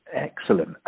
excellent